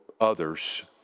others